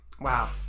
Wow